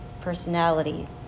personality